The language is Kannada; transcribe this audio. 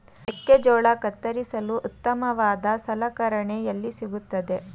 ಮೆಕ್ಕೆಜೋಳ ಕತ್ತರಿಸಲು ಉತ್ತಮವಾದ ಸಲಕರಣೆ ಎಲ್ಲಿ ಸಿಗುತ್ತದೆ?